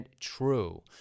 true